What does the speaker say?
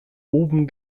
oben